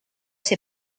ses